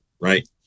right